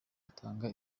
atanga